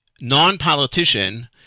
non-politician